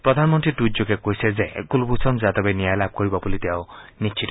প্ৰধানমন্ত্ৰীয়ে টুইটযোগে কৈছে যে কুলভূষণ যাদৱে ন্যায় লাভ কৰিব বুলি তেওঁ নিশ্চিত